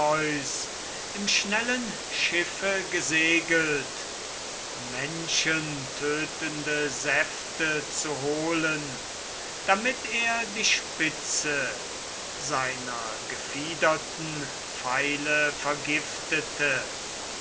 im schnellen schiffe gesegelt menschentötende säfte zu holen damit er die spitze seiner gefiederten pfeile vergiftete